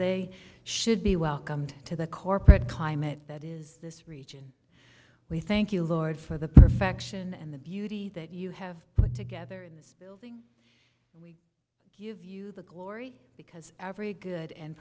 they should be welcomed to the corporate climate that is this region we thank you lord for the perfection and the beauty that you have put together this building give you the glory because every good and